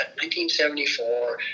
1974